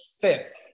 fifth